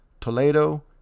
Toledo